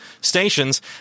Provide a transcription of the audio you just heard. stations